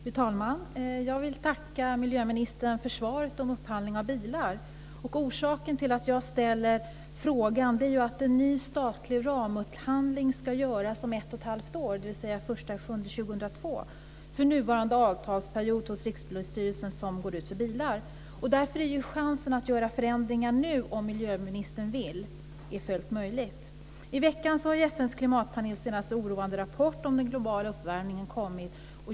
Fru talman! Jag vill tacka miljöministern för svaret på frågan om upphandling av bilar. Orsaken till att jag ställer frågan är ju att en ny statlig ramupphandling ska göras om ett och ett halvt år, dvs. den 1 juli 2002, för nuvarande avtalsperiod hos Rikspolisstyrelsen som då går ut för bilar. Därför finns ju chansen att göra förändringar just nu om miljöministern vill. Det är fullt möjligt. I veckan har ju FN:s klimatpanels senaste oroande rapport om den globala uppvärmningen kommit.